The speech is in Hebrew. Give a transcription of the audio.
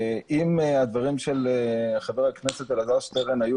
אם הדברים של חבר הכנסת אלעזר שטרן היו